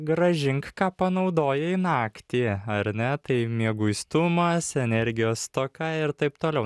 grąžink ką panaudojai naktį ar ne tai mieguistumas energijos stoka ir taip toliau